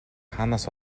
хаанаас